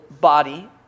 body